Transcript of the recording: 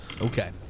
Okay